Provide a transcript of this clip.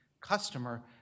customer